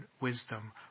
wisdom